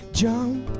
jump